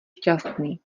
šťastný